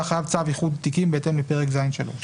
החייב צו איחוד תיקים בהתאם לפרק ז3".